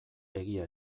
egia